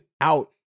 out